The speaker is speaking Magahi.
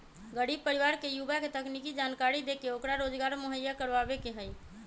गरीब परिवार के युवा के तकनीकी जानकरी देके ओकरा रोजगार मुहैया करवावे के हई